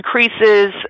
increases